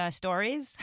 stories